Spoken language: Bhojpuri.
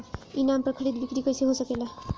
ई नाम पर खरीद बिक्री कैसे हो सकेला?